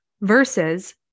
versus